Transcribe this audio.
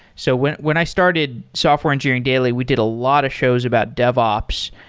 so when when i started software engineering daily, we did a lot of shows about devops.